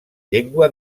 llengua